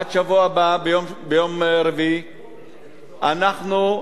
עד יום רביעי בשבוע הבא.